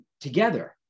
together